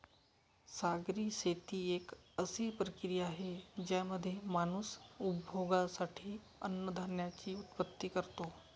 सागरी शेती एक अशी प्रक्रिया आहे ज्यामध्ये माणूस उपभोगासाठी अन्नधान्याची उत्पत्ति करतो